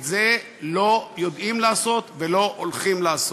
את זה לא יודעים לעשות ולא הולכים לעשות.